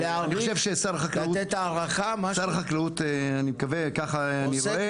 אני חושב ששר החקלאות , אני מקווה ככה אני רואה.